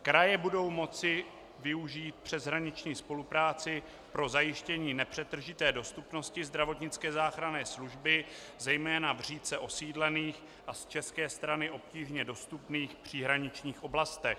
Kraje budou moci využít přeshraniční spolupráci pro zajištění nepřetržité dostupnosti zdravotnické záchranné služby zejména v řídce osídlených a z české strany obtížně dostupných příhraničních oblastech.